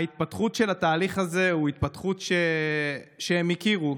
ההתפתחות של התהליך הזה היא התפתחות שהם הכירו,